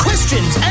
Questions